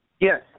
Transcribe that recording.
Yes